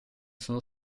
sono